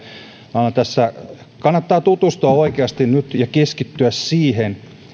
kannattaa tutustua siihen oikeasti nyt ja keskittyä siihen